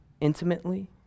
intimately